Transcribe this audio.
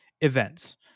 events